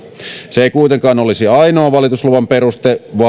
se ei kuitenkaan olisi ainoa valitusluvan peruste vaan